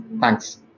Thanks